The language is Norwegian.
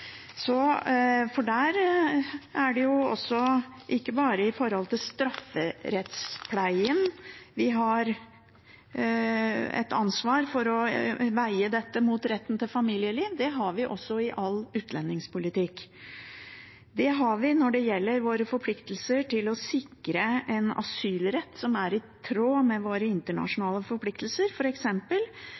er jo ikke bare innen strafferettspleien vi har et ansvar for å veie dette mot retten til familieliv, det har vi også i all utlendingspolitikk. Det har vi når det gjelder våre forpliktelser til å sikre en asylrett som er i tråd med våre internasjonale forpliktelser,